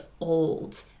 old